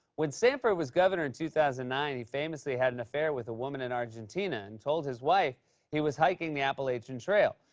when sanford was governor in two thousand and nine, he famously had an affair with a woman in argentina and told his wife he was hiking the appalachian trail.